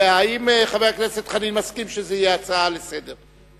האם חבר הכנסת חנין מסכים שזאת תהיה הצעה לסדר-היום?